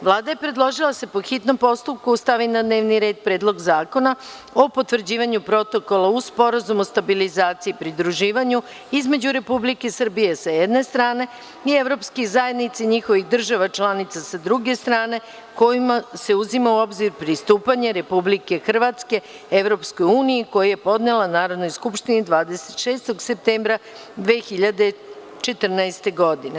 Vlada je predložila da se, po hitnom postupku, stavi na dnevni red Predlog zakona o potvrđivanju Protokola uz Sporazum o stabilizaciji i pridruživanju između Republike Srbije, sa jedne strane i evropskih zajednica i njihovih država članica, sa druge strane, kojim se uzima u obzir pristupanje Republike Hrvatske EU, koji je podnela Narodnoj skupštini 26. septembra 2014. godine.